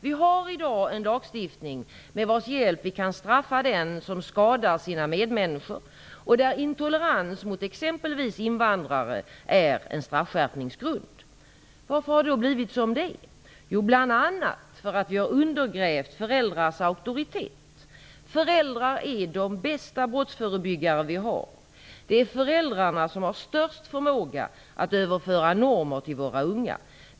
Vi har i dag en lagstiftning med vars hjälp vi kan straffa den som skadar sina medmänniskor och där intolerans mot exempelvis invandrare är en straffskärpningsgrund. Varför har det då blivit som det är? Jo, bl.a. därför att vi har undergrävt föräldrars auktoritet. Föräldrar är de bästa brottsförebyggare vi har. Det är föräldrarna som har störst förmåga att överföra normer till våra unga.